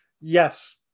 yes